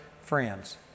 friends